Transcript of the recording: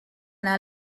anar